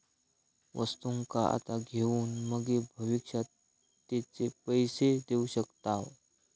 वस्तुंका आता घेऊन मगे भविष्यात तेचे पैशे देऊ शकताव